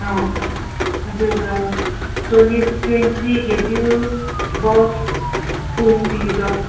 ꯑꯥ ꯑꯗꯨꯒ ꯇꯣꯅꯤꯠ ꯇ꯭ꯋꯦꯟꯇꯤꯒꯤꯗꯨ ꯕꯣꯛꯁ ꯀꯨꯟ ꯄꯤꯔꯣ